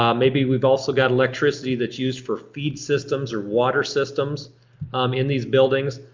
um maybe we've also got electricity that's used for feed systems or water systems in these buildings.